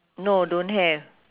no don't have